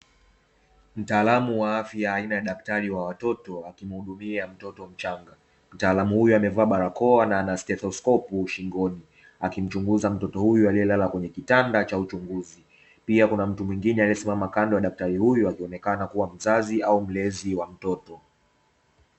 Mtaalamu wa afya aina ya daktari wa watoto, akimhudumia mtoto mchanga. Mtaalamu huyo amevaa barakoa na ana stetoskopu shingoni, akimchunguza mtoto huyo aliyelala kwenye kitanda cha uchunguzi. Pia kuna mtu mwingine aliyesimama kando ya daktari huyu akionekana kuwa ni mzazi au mlezi wa mtoto.